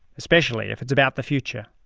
especially if it's about the future'.